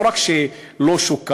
לא רק שזה לא שוקם,